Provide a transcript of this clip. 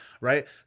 right